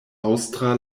aŭstra